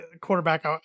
quarterback